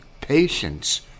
Patience